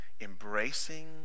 embracing